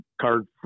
card